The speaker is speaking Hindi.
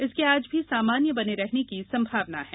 इसके आज भी सामान्य बने रहने की संभावना है